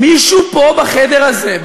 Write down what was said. מישהו פה בחדר הזה,